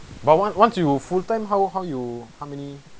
but once once you full time how how you how many